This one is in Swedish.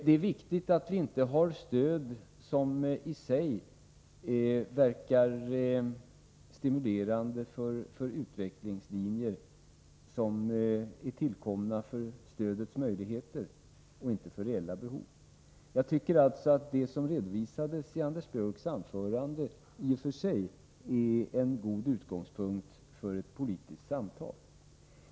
Det är viktigt att vi inte har stöd som i sig verkar stimulerande för utvecklingslinjer som är tillkomna för stödets möjligheter och inte för reella behov. Det som redovisades i Anders Björcks anförande är alltså i och för sig en god utgångspunkt för ett politiskt samtal.